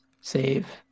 save